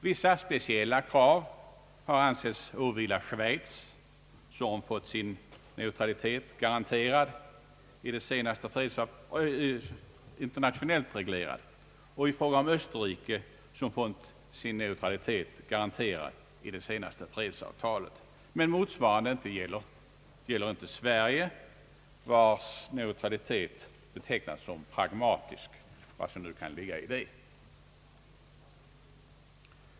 Vissa speciella krav har ansetts åvila Schweiz, som fått sin neutralitet internationellt reglerad, och Österrike, som fått sin neutralitet garanterad i det senaste fredsfördraget. Men motsvarande gäller inte Sverige, vars neutralitet betecknats som pragmatisk; vad som nu kan ligga i det.